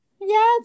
yes